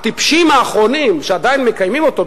הטיפשים האחרונים שעדיין מקיימים אותו,